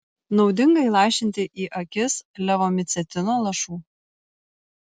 naudinga įlašinti į akis levomicetino lašų